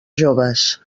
joves